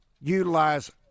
utilize